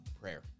prayer